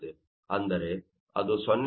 ಅಂದರೆ ಅದು 0